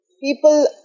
People